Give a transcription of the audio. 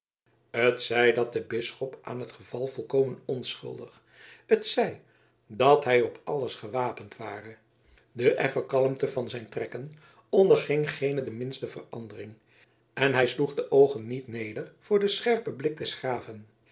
t zij dat de bisschop aan het geval volkomen onschuldig t zij dat hij op alles gewapend ware de effen kalmte van zijn trekken onderging geene de minste verandering en hij sloeg de oogen niet neder voor den scherpen blik des graven